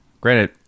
Granted